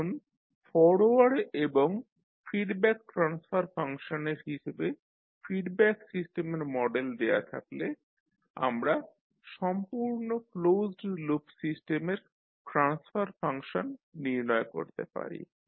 এখন ফরওয়ার্ড এবং feedback transfer ফাংশনের হিসাবে ফিডব্যাক সিস্টেমের মডেল দেয়া থাকলে আমরা সম্পূর্ণ ক্লোজড লুপ সিস্টেমের ট্রান্সফার ফাংশন নির্ণয় করতে পারি